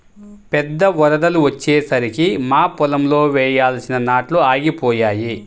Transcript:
పెద్ద వరదలు వచ్చేసరికి మా పొలంలో వేయాల్సిన నాట్లు ఆగిపోయాయి